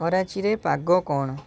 କରାଚୀରେ ପାଗ କଣ